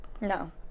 No